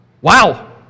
Wow